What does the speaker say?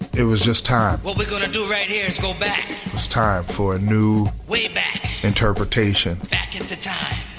it was just time what we're going to do right here is go back. was time for a new way back, interpretation back into time.